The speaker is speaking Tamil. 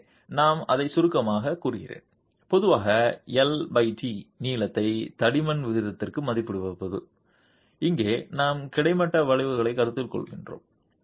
எனவே நான் அதைச் சுருக்கமாகக் கூறுகிறேன் பொதுவாக எல்டி நீளத்தை தடிமன் விகிதத்திற்கு மதிப்பிடும்போது இங்கே நாம் கிடைமட்ட வளைவைக் கருத்தில் கொள்கிறோம்